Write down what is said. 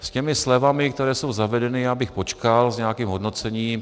S těmi slevami, které jsou zavedeny, bych počkal s nějakým hodnocením.